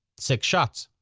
six shots.